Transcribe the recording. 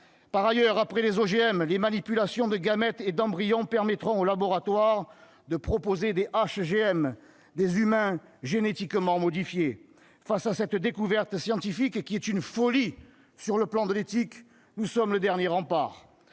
Par ailleurs, après les OGM, les manipulations de gamètes et d'embryons permettront aux laboratoires de proposer des HGM, des humains génétiquement modifiés. Face à cette découverte scientifique, qui est une folie sur le plan de l'éthique, nous sommes le dernier rempart